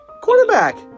Quarterback